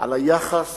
על היחס